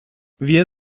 wir